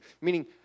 Meaning